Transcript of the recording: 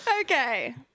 Okay